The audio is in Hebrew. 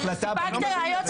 אבל סיפקת ראיות,